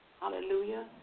Hallelujah